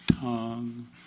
tongue